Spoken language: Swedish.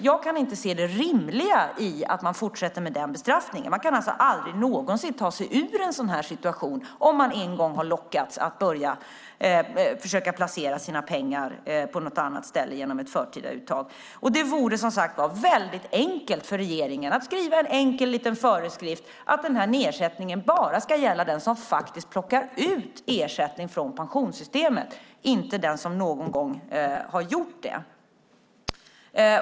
Jag kan inte se det rimliga i att man fortsätter med den bestraffningen. Man kan alltså aldrig någonsin ta sig ur en sådan här situation om man en gång har lockats att försöka placera sina pengar på något annat ställe genom ett förtida uttag. Det vore väldigt enkelt för regeringen att skriva en liten föreskrift om att nedsättningen bara ska gälla den som faktiskt plockar ut ersättning från pensionssystemet och inte den som någon gång har gjort det.